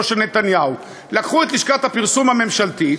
של נתניהו: לקחו את לשכת הפרסום הממשלתית,